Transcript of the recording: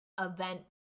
event